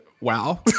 wow